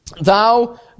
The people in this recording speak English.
Thou